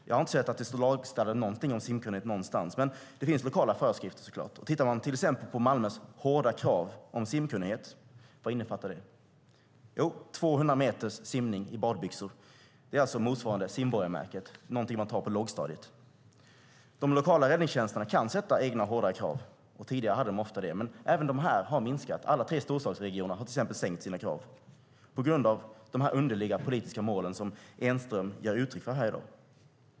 Jag har inte sett att det står lagstadgat någonting om simkunnighet någonstans, men det finns såklart lokala föreskrifter. Tittar man till exempel på Malmös "hårda" krav på simkunnighet, vad innefattar det? Jo, 200 meter simning i badbyxor. Det är alltså motsvarande simborgarmärket, någonting man tar på lågstadiet. Alla tre storstadsregionerna har till exempel sänkt sina krav på grund av de underliga politiska mål som Enström ger uttryck för här i dag.